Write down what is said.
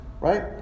right